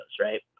right